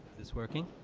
this working?